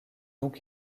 donc